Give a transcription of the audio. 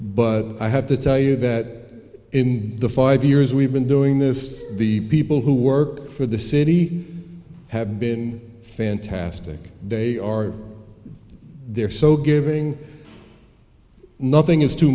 but i have to tell you that in the five years we've been doing this the people who work for the city have been fantastic they are they're so giving nothing is too